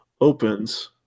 opens